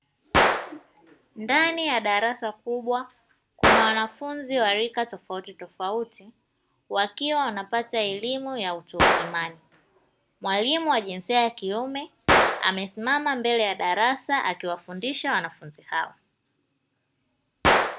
Ndani ya darasa kubwa kuna wanafunzi wa rika tofauti tofauti wakiwa wanapata elimu ya utu uzimani, mwalimu wa jinsia ya kiume amesimama mbele ya darasa akiwafundisha wanafunzi hao.